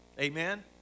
Amen